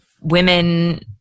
women